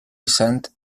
vicent